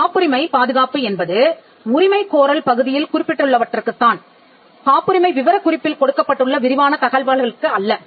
ஒரு காப்புரிமை பாதுகாப்பு என்பது உரிமை கோரல் பகுதியில் குறிப்பிட்டுள்ளவற்றுக்குத் தான் காப்புரிமை விவரக் குறிப்பில் கொடுக்கப்பட்டுள்ள விரிவான தகவல்களுக்கு அல்ல